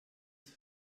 hent